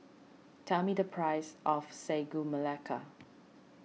tell me the price of Sagu Melaka